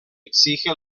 exige